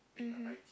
mmhmm